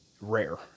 rare